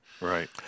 Right